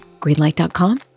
Greenlight.com